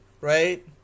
right